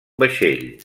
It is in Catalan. vaixell